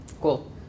Cool